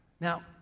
Now